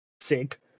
sick